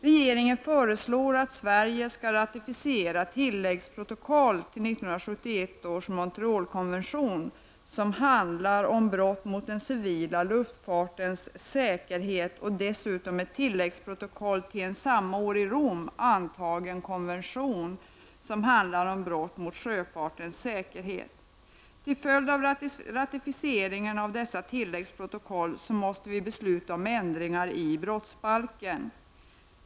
Regeringen föreslår att Sverige skall ratificera tilläggsprotokoll till 1971 års Montrealkonvention, som handlar om brott mot den civila luftfartens säkerhet, och dessutom ett tilläggsprotokoll till en samma år i Rom antagen konvention, som handlar om brott mot sjöfartens säkerhet. Till följd av ratificeringarna av dessa tilläggsprotokoll måste vi besluta om ändringar i brottsbalken.